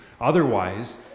Otherwise